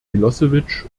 milosevic